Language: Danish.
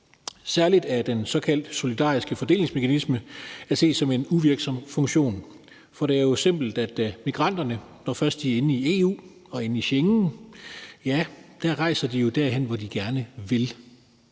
Særlig er den såkaldte solidariske fordelingsmekanisme at se som en uvirksom funktion. For det er jo simpelt, altså at migranterne, når først de er inde i EU og inde i Schengen, rejser derhen, hvor de gerne vil